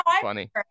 funny